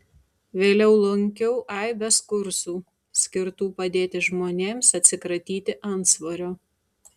vėliau lankiau aibes kursų skirtų padėti žmonėms atsikratyti antsvorio